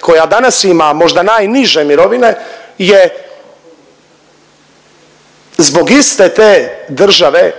koja danas ima možda najniže mirovine je zbog iste te države,